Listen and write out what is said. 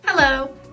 Hello